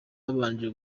babanje